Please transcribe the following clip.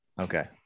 okay